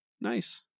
nice